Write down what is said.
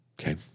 Okay